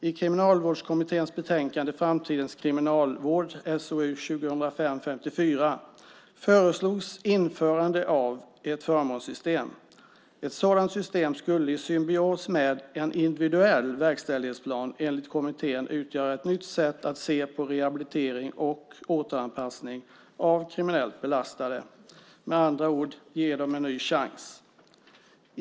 I Kriminalvårdskommitténs betänkande Framtidens kriminalvård , SOU 2005:54, föreslogs införande av ett förmånssystem. Ett sådant system skulle i symbios med en individuell verkställighetsplan enligt kommittén utgöra ett nytt sätt att se på rehabilitering och återanpassning av kriminellt belastade, med andra ord ge dem en ny chans.